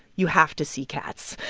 you have to see cats.